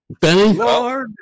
Benny